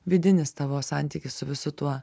vidinis tavo santykis su visu tuo